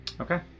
Okay